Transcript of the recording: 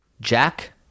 Jack